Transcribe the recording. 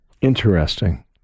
Interesting